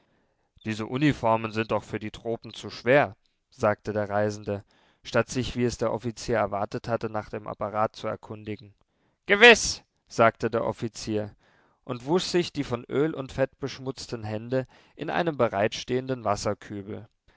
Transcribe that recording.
diese uniformen sind doch für die tropen zu schwer sagte der reisende statt sich wie es der offizier erwartet hatte nach dem apparat zu erkundigen gewiß sagte der offizier und wusch sich die von öl und fett beschmutzten hände in einem bereitstehenden wasserkübel